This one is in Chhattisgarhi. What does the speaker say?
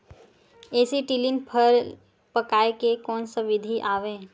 एसीटिलीन फल पकाय के कोन सा विधि आवे?